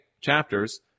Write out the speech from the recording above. chapters